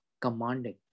commanding